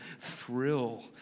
thrill